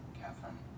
Catherine